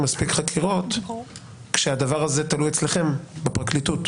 מספיק חקירות כשהדבר הזה תלוי אצלכם בפרקליטות.